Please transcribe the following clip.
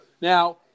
now